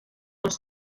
les